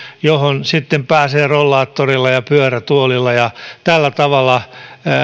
johon sitten pääsee rollaattorilla ja pyörätuolilla ja tällä tavalla